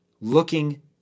looking